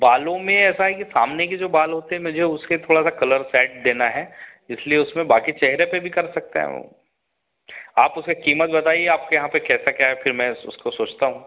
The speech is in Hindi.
बालों में ऐसा है कि सामने के जो बाल होते हैं मुझे उसके थोड़ा सा कलर सेट देना है इसलिए उसमें बाकी चेहरे पर भी कर सकते हैं वो आप उसकी कीमत बताइए आपके यहाँ पर कैसा क्या है फिर मैं उसको सोचता हूँ